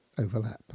overlap